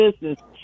business